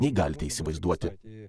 nei galite įsivaizduoti